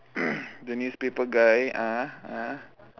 the newspaper guy ah ah